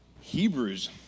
Hebrews